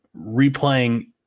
replaying